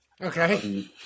Okay